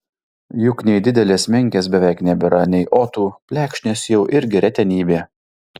juk nei didelės menkės beveik nebėra nei otų plekšnės jau irgi retenybė